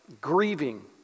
grieving